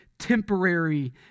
temporary